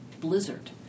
blizzard